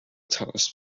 تماس